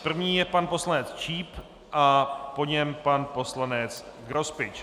První je pan poslanec Číp a po něm pan poslanec Grospič.